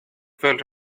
felt